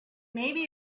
maybe